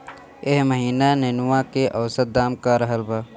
एह महीना नेनुआ के औसत दाम का रहल बा?